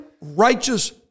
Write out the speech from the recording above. righteous